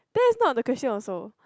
that's not the question also